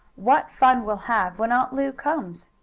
what fun we'll have when aunt lu comes.